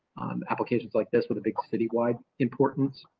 applications like this with a big city wide importance.